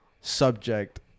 subject